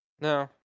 No